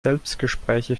selbstgespräche